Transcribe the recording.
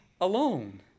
alone